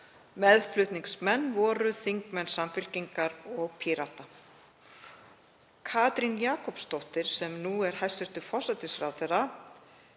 Meðflutningsmenn voru þingmenn Samfylkingarinnar og Pírata. Katrín Jakobsdóttir, sem nú er hæstv. forsætisráðherra